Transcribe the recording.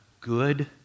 good